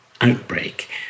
outbreak